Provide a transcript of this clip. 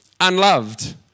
unloved